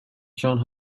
johns